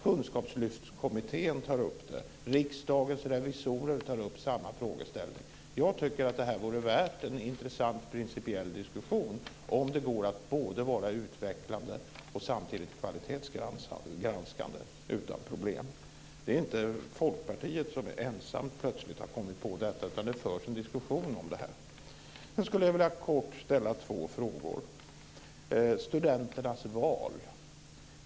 Kunskapslyftskommittén och Riksdagens revisorer tar upp samma frågeställning. Jag tycker att det här vore värt en intressant principiell diskussion, alltså om det går att utan problem vara utvecklande och samtidigt kvalitetsgranskande. Det är inte Folkpartiet ensamt som plötsligt har kommit på detta, utan det förs faktiskt en diskussion om det här. Sedan gäller det helt kort två frågor. Först gäller det studenternas val.